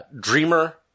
Dreamer